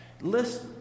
List